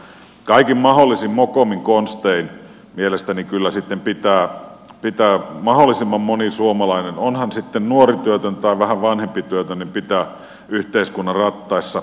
kaikin mahdollisin mokomin konstein mielestäni kyllä sitten pitää mahdollisimman moni suomalainen on hän sitten nuori työtön tai vähän vanhempi työtön pitää yhteiskunnan rattaissa